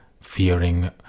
fearing